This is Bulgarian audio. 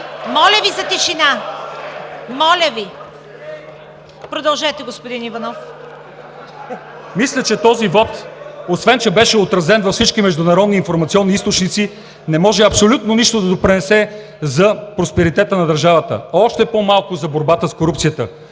Моля Ви за тишина! Продължете, господин Иванов. ЛЪЧЕЗАР ИВАНОВ: Мисля, че този вот, освен че беше отразен във всички международни и информационни източници, не може абсолютно нищо да допринесе за просперитета на държавата, още по-малко за борбата с корупцията.